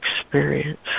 experience